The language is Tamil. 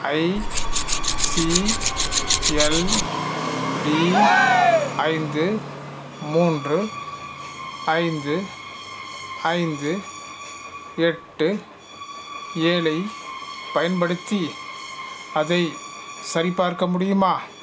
ஐசிஎல்டி ஐந்து மூன்று ஐந்து ஐந்து எட்டு ஏழைப் பயன்படுத்தி அதைச் சரிப்பார்க்க முடியுமா